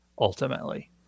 ultimately